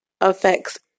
affects